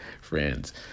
friends